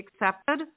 accepted